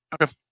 Okay